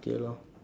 okay lor